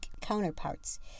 counterparts